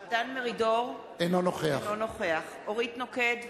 דן מרידור, אינו נוכח אורית נוקד,